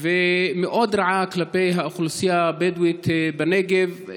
ומאוד רעה כלפי האוכלוסייה הבדואית בנגב,